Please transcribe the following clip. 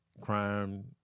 crime